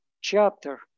chapter